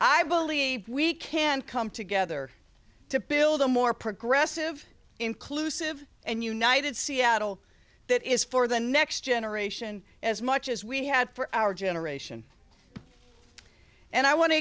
i believe we can come together to build a more progressive inclusive and united seattle that is for the next generation as much as we have for our generation and i want to